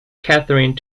catherine